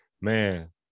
Man